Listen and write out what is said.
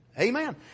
Amen